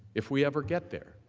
if we ever get there.